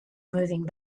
moving